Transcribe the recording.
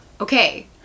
Okay